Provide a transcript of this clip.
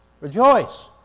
Rejoice